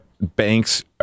banks